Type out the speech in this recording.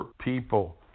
people